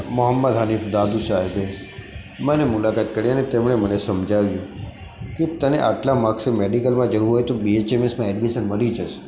મહોમ્મદ હનીફ દાદુ સાહેબે મારી મુલાકાત કરી અને તેમણે મને સમજાવ્યું કે તને આટલા માર્ક્સે મૅડિકલમાં જવું હોય તો બી એચ એમ એસમાં એડમિશન મળી જશે